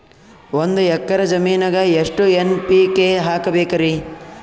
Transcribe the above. ಒಂದ್ ಎಕ್ಕರ ಜಮೀನಗ ಎಷ್ಟು ಎನ್.ಪಿ.ಕೆ ಹಾಕಬೇಕರಿ?